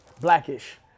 Blackish